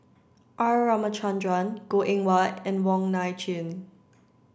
R Ramachandran Goh Eng Wah and Wong Nai Chin